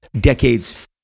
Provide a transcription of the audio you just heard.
decades